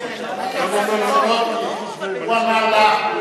הכנסת סולודקין, הוא ענה לך,